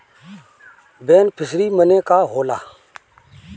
Beneficiary मने का होला?